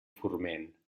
forment